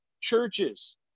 churches